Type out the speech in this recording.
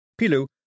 Pilu